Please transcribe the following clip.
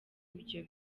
ibyo